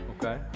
Okay